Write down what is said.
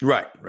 Right